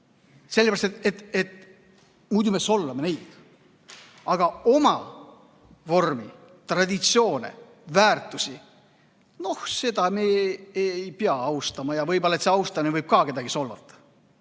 sellepärast et muidu me solvame neid. Aga oma vormi, traditsioone, väärtusi – neid me ei pea austama, võib-olla see austamine võib kedagi solvata.